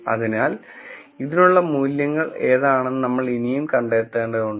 അതിനാൽ ഇതിനുള്ള മൂല്യങ്ങൾ എന്താണെന്ന് നമ്മൾ ഇനിയും കണ്ടെത്തേണ്ടതുണ്ട്